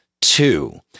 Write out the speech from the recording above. two